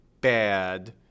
bad